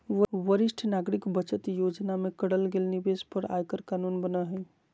वरिष्ठ नागरिक बचत योजना खता में करल गेल निवेश पर आयकर कानून बना हइ